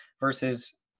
versus